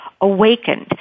awakened